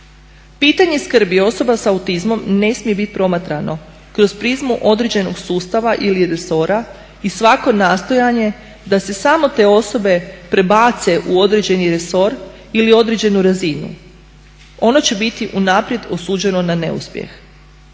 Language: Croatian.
Pitanje skrbi osoba s autizmom ne smije biti promatrano kroz prizmu određenog sustava ili resora i svako nastojanje da se samo te osobe prebace u određeni resor ili određenu razinu, ono će biti unaprijed osuđeno na neuspjeh.